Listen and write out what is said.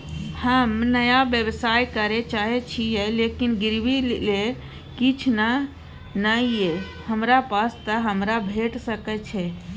हम नया व्यवसाय करै चाहे छिये लेकिन गिरवी ले किछ नय ये हमरा पास त हमरा भेट सकै छै?